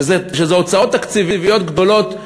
שאלו הוצאות תקציביות גדולות,